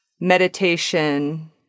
meditation